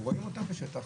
רואים אותם בשטח.